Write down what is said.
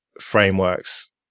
frameworks